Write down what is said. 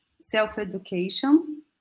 self-education